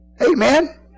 Amen